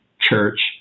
church